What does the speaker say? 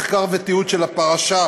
מחקר ותיעוד של הפרשה,